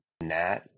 Nat